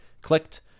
clicked